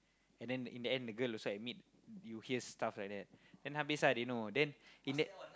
and then in the end the girl also admit you hear stuff like that then habis ah they know and then